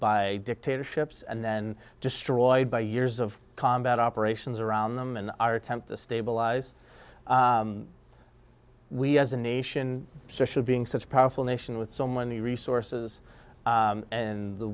by dictatorships and then destroyed by years of combat operations around them and our attempt to stabilize we as a nation should being such a powerful nation with so many resources